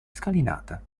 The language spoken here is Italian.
scalinata